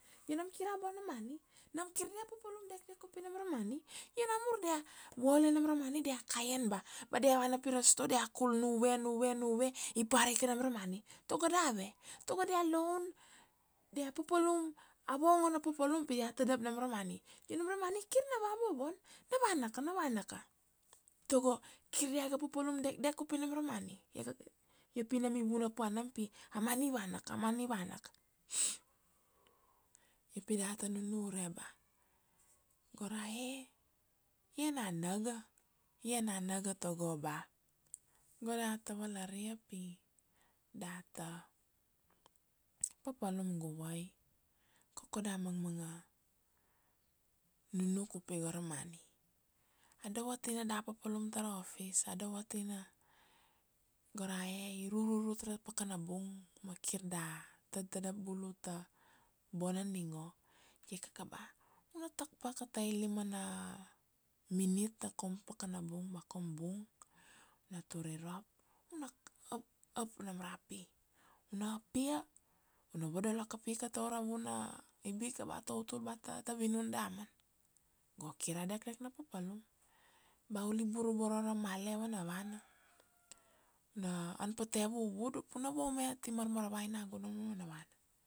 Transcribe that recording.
io nam kir a bona money, nam kir dia papalum dekdek u pi nam ra money. Io na mur dia vole nam ra money dia kaian ba, ba dia vana pi ra store dia kul nuve, nuve, nuve i parika nam ra money. Tago dave, tago dia loan, dia papalum, a vongo na papalum pi dia tadav nam ra money. Io nam ra money kir na vava vovon, na vana ka, na vana ka. Tago kir dia ga papalum dekdek u pi nam ra money, io pi nam i vuna pa nam pi a money i vana ka, a money i vana ka. Io pi data nunure ba go rae, i enana ga, enana ga tago ba go data valaria pi data papalum guvai, koko da mang manga nunuk u pi go ra money. Adovotina da papalum ta ra office, adovotina go rae i rurut ra pakana bung ma kir da tad-tadav bulu ta bona ningo, ia kaka ba u na tak pa ka ta ilima na minute ta kaum pakana bung ba kaum bung, u na tur irop u na ap, ap nam ra pi, u na apia, u na vodolo kapi ka ta ura vuna ibika, ba ta utul ba ta vinun damana. Go kir a dekdek na papalum, ba u libur uboro ra male vana vana, u na an pa ta evu vudu pi u na vaume, ati marmaravai nagunan vana vana.